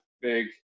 big